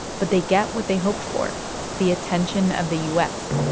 but they get what they hoped for the attention of the u s,